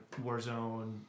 Warzone